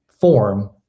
form